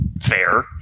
fair